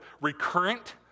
recurrent